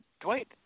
Dwight